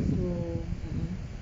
so mmhmm